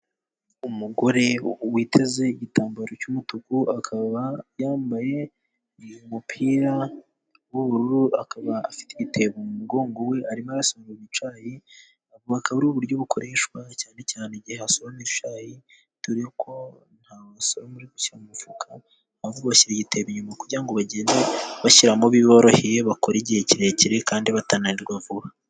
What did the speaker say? Umugore witeze igitambaro cy'umutuku akaba yambaye umupira w'ubururu, akaba afite igitebo mu mugongo we. Arimo arasoroma icyayi, ubu akaba ari uburyo bukoreshwa cyane cyane igihe hasoromwa icyayi, dore ko ntabwo basoroma bashyira mu mufuka ahubwo bashyira igitebo inyuma kugira ngo bagende bashyiramo n' ibiboroheye, bakore igihe kirekire kandi batananirwa vuba.